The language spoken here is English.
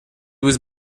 was